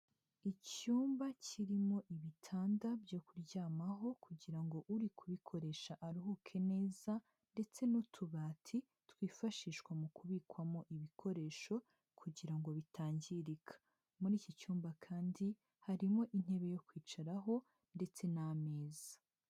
Icyumba kirimo ibitanda byo kuryamaho kugira ngo uri kubikoresha aruhuke neza, ndetse n'utubati twifashishwa mu kubikwamo ibikoresho kugira ngo bitangirika, muri iki cyumba kandi harimo intebe yo kwicaraho ndetse n'ameza